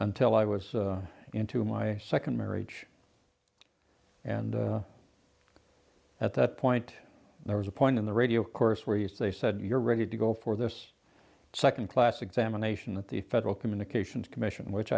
until i was into my second marriage and at that point there was a point in the radio course where yes they said you're ready to go for this second class examination at the federal communications commission which